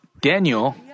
Daniel